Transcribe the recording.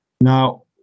Now